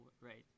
right